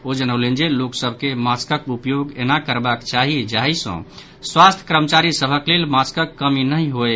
ओ जनौलनि जे लोक सभ के मास्कक उपयोग एना करबाक चाहि जाहि सँ स्वास्थ्य कर्मचारी सभक लेल मास्कक कमि नहि होय